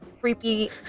creepy